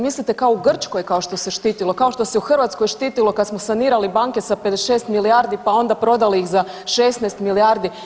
Mislite kao u Grčkoj kao što se štitilo, kao što se u Hrvatskoj štitilo kad smo sanirali banke sa 56 milijardi, pa onda prodali ih za 16 milijardi.